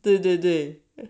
对对对